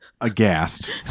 aghast